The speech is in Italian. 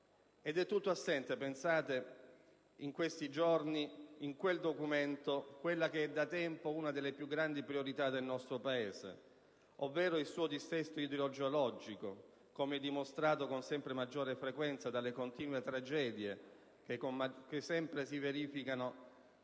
in quel documento, pensate, proprio in questi giorni, quella che è da tempo una delle più grandi priorità del nostro Paese, cioè il suo dissesto idrogeologico, come dimostrato con sempre maggiore frequenza dalle continue tragedie che si verificano